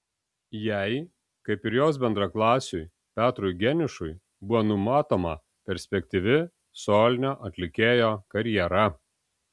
jai kaip ir jos bendraklasiui petrui geniušui buvo numatoma perspektyvi solinio atlikėjo karjera